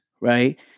right